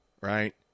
right